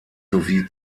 sowie